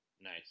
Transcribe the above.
Nice